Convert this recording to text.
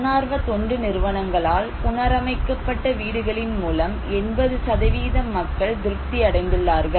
தன்னார்வ தொண்டு நிறுவனங்களால் புனரமைக்கப்பட்ட வீடுகளின் மூலம் 80 மக்கள் திருப்தி அடைந்துள்ளார்கள்